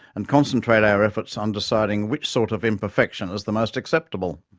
and concentrate our efforts on deciding which sort of imperfection is the most acceptable.